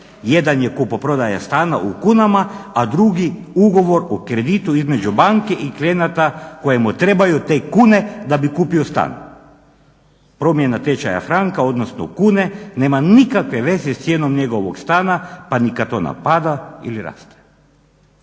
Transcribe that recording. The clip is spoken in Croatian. Jedan je kupoprodaja stana u kunama, a drugi ugovor o kreditu između banke i klijenata kojemu trebaju te kune da bi kupio stan. Promjena tečaja franka odnosno kune nema nikakve veze s cijenom njegovog stana pa ni kada ona pada ili raste.